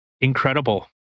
incredible